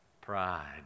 pride